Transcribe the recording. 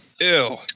ew